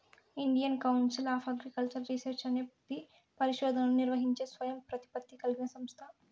Indian Council of Agricultural Research అనేది పరిశోధనలను నిర్వహించే స్వయం ప్రతిపత్తి కలిగిన సంస్థ